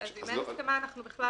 אם נחתם חוזה